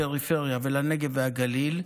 לפריפריה ולנגב והגליל,